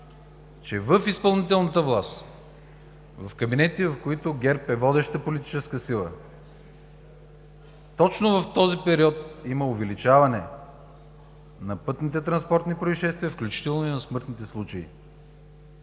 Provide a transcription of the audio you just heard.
че в изпълнителната власт, в кабинетите, в които ГЕРБ е водеща политическа сила, точно в този период има увеличаване на пътните транспортни произшествия, включително и на смъртните случаи.